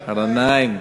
ע'נאים.